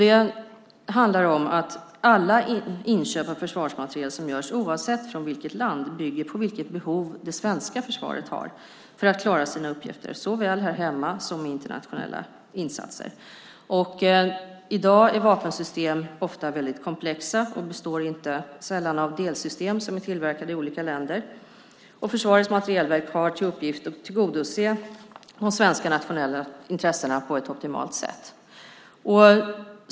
Det handlar om att alla inköp av försvarsmateriel som görs, oavsett från vilket land, bygger på vilket behov det svenska försvaret har för att klara sina uppgifter såväl här hemma som i internationella insatser. I dag är vapensystem ofta väldigt komplexa och består inte sällan av delsystem som är tillverkade i olika länder. Försvarets materielverk har till uppgift att tillgodose de svenska nationella intressena på ett optimalt sätt.